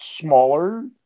smaller